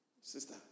sister